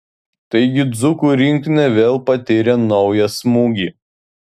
taigi dzūkų rinktinė vėl patyrė naują smūgį